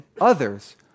others